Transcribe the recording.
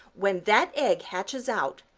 when that egg hatches out,